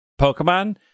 Pokemon